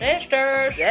Sisters